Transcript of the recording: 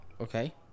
Okay